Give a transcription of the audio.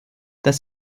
dass